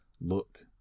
look